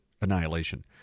annihilation